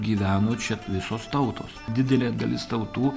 gyveno čia visos tautos didelė dalis tautų